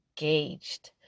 engaged